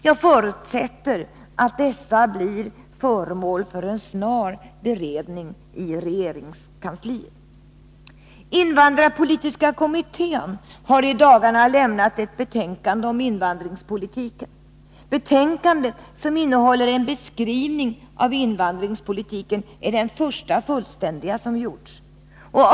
Jag förutsätter att dessa blir föremål för en snar beredning i regeringskansliet. Invandrarpolitiska kommittén har i dagarna lämnat ett betänkande om invandringspolitiken. Betänkandet, som innehåller en beskrivning av invandringspolitiken, är den första fullständiga som gjorts.